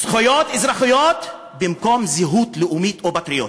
זכויות אזרחיות במקום זהות לאומית או פטריוטית.